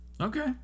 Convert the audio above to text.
Okay